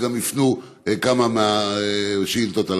שגם הפנו כמה מהשאילתות הללו.